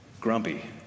grumpy